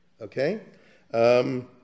Okay